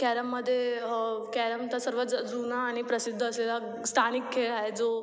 कॅरममध्ये carrom तर सर्वात ज जुना आणि प्रसिद्ध असलेला स्थानिक खेळ आहे जो